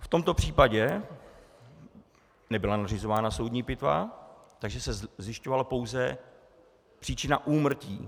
V tomto případě nebyla nařizována soudní pitva, takže se zjišťovala pouze příčina úmrtí.